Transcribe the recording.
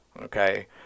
okay